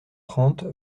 trente